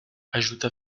ajouta